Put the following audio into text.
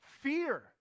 fear